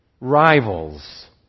rivals